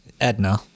Edna